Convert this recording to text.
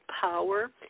power